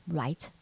right